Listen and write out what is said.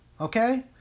okay